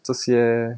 这些